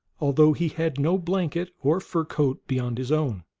although he had no blanket or fur coat beyond his own.